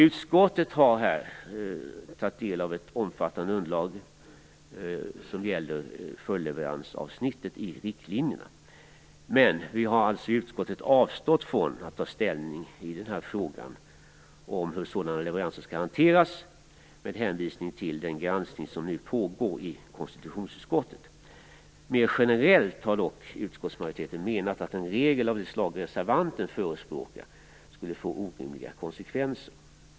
Utskottet har tagit del av ett omfattande underlag rörande följdleveransavsnittet i riktlinjerna, men vi har avstått från att ta ställning i frågan om hur sådana leveranser skall hanteras med hänvisning till den granskning som nu pågår i konstitutionsutskottet. Mer generellt har utskottsmajoriteten menat att en regel av det slag som reservanten förespråkar skulle få orimliga konsekvenser.